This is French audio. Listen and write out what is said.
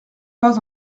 pas